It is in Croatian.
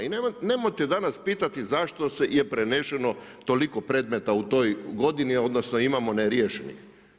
I nemojte danas pitati zašto je preneseno toliko predmeta u toj godini, odnosno, imamo neriješenih.